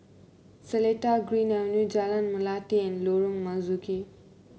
Seletar Green Avenue Jalan Melati and Lorong Marzuki